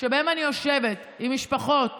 אני יושבת עם משפחות